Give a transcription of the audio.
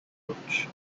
approach